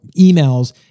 emails